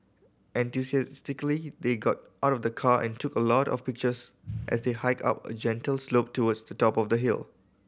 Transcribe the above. enthusiastically they got out of the car and took a lot of pictures as they hiked up a gentle slope towards the top of the hill